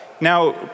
Now